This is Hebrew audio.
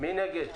מי נגד?